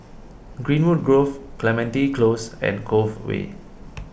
Greenwood Grove Clementi Close and Cove Way